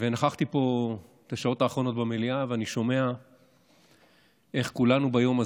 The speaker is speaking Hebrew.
נכחתי פה בשעות האחרונות במליאה ואני שומע איך כולנו ביום הזה,